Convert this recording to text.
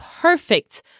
perfect